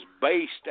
based